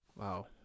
Wow